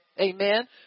Amen